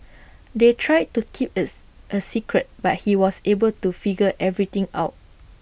they tried to keep is A secret but he was able to figure everything out